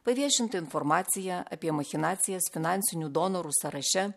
paviešinta informacija apie machinacijas finansinių donorų sąraše